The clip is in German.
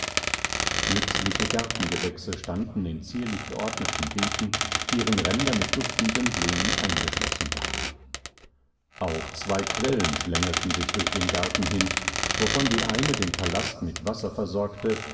nützliche gartengewächse standen in zierlich geordneten beeten deren ränder mit duftenden blumen eingeschlossen waren auch zwei quellen schlängelten sich durch den garten hin wovon die eine den palast mit wasser versorgte